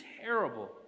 terrible